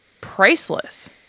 priceless